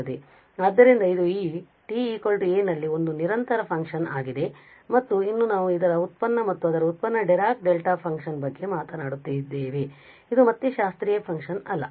ಆದ್ದರಿಂದ ಇದು ಈ t a ನಲ್ಲಿ ಒಂದು ನಿರಂತರ ಫಂಕ್ಷನ್ ಆಗಿದೆ ಮತ್ತು ಇನ್ನೂ ನಾವು ಅದರ ವ್ಯುತ್ಪನ್ನ ಮತ್ತು ಅದರ ವ್ಯುತ್ಪನ್ನವು ಡಿರಾಕ್ ಡೆಲ್ಟಾ ಫಂಕ್ಷನ್ ಬಗ್ಗೆ ಮಾತನಾಡುತ್ತಿದ್ದೇವೆ ಇದು ಮತ್ತೆ ಶಾಸ್ತ್ರೀಯ ಫಂಕ್ಷನ್ ಅಲ್ಲ